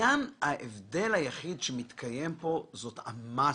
ההבדל היחיד שמתקיים פה זאת המאסה.